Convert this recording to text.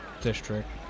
district